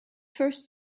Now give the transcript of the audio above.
first